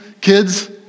kids